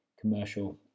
commercial